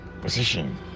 position